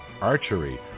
archery